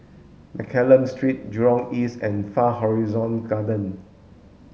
Mccallum Street Jurong East and Far Horizon Garden